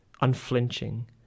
Unflinching